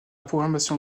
programmation